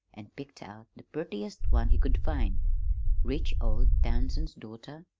an' picked out the purtiest one he could find rich old townsend's daughter,